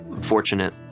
fortunate